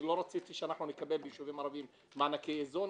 אני לא רציתי שאנחנו נקבל ביישובים ערביים מענקי איזון,